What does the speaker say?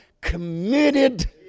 committed